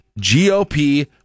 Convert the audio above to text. GOP